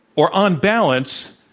or, on balance,